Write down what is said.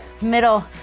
middle